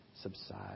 subside